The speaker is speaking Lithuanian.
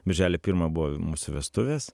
birželio pirmą buvo mūsų vestuvės